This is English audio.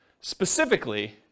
specifically